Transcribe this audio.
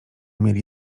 mieli